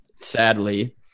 sadly